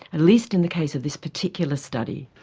at least in the case of this particular study.